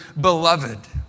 beloved